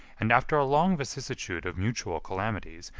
and, after a long vicissitude of mutual calamities,